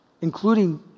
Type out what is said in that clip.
including